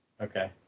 Okay